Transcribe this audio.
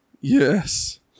Yes